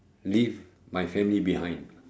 leave my family behind